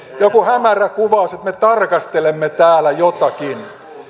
joku hämärä kuvaus että me tarkastelemme täällä jotakin